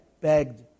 begged